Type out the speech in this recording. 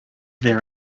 there